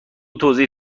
توضیح